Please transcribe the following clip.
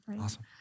Awesome